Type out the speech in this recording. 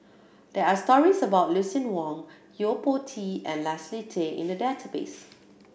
there are stories about Lucien Wang Yo Po Tee and Leslie Tay in the database